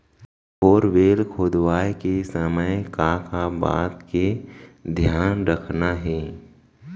Borewell खोदवाए के समय का का बात के धियान रखना हे?